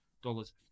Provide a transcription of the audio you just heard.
dollars